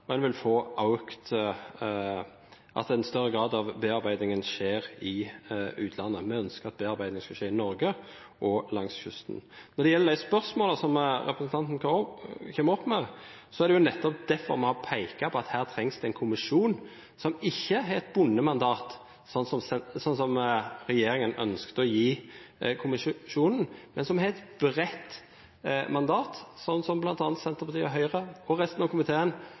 og at en større del av bearbeidingen vil skje i utlandet. Vi ønsker at bearbeidingen skal skje i Norge og langs kysten. Når det gjelder de spørsmålene som representanten kommer med, er det nettopp derfor vi har pekt på at her trengs det en kommisjon som ikke har et bundet mandat, som regjeringen ønsket å gi kommisjonen, men som har et bredt mandat, som bl.a. Senterpartiet, Høyre og resten av komiteen